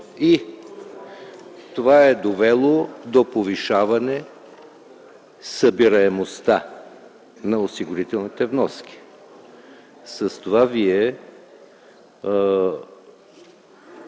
И това е довело до повишаване събираемостта на осигурителните вноски. (Шум и